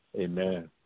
Amen